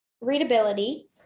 readability